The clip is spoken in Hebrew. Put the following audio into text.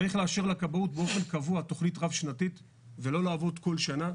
צריך לאשר לכבאות באופן קבוע תוכנית רב-שנתית ולא לעבוד כל שנה,